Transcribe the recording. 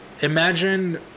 Imagine